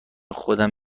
خودم